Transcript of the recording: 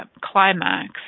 climax